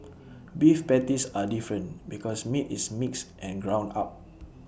beef patties are different because meat is mixed and ground up